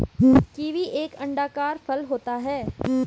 kiwi एक अंडाकार फल होता है